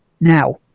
Now